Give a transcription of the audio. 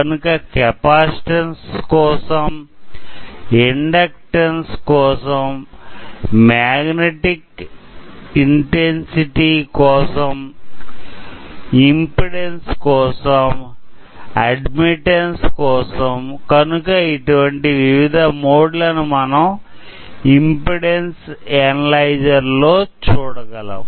కనుక కెపాసిటన్స్ కోసం ఇండక్టన్స్ కోసం మాగ్నెటిక్ ఇంటెన్సిటీ కోసం ఇంపిడెన్సు కోసం అడ్మిటెన్స్ కోసం కనుక ఇటువంటి వివిధ మోడ్ ల ను మనం ఇంపిడెన్స్ అనలైజర్ లో చూడగలం